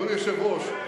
אדוני היושב-ראש,